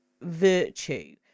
virtue